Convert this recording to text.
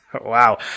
wow